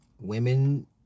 women